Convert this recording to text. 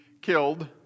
killed